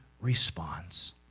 responds